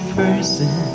person